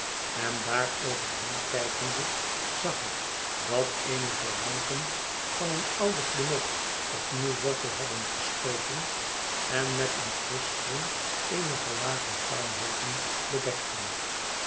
schutting omzet endaaroverheenkijkende zag ik dat eenige ranken van het oude klimop opnieuw wortel hadden geschoten en met een frich groen eenige lagen puinhoopen bedekten